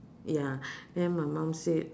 ya then my mum said